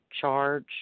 charge